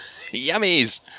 Yummies